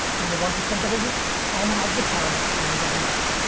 and the one percent that isn't and has the talent wins every time.